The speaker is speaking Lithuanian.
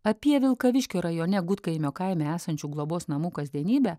apie vilkaviškio rajone gudkaimio kaime esančių globos namų kasdienybę